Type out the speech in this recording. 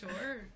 sure